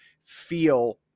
feel